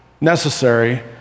necessary